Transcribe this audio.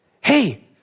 Hey